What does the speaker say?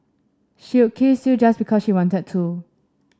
she would kiss you just because she wanted to